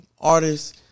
artists